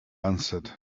answered